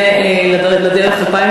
עשית לעצמך הנחות.